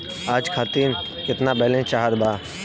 आज खातिर केतना बैलैंस बचल बा?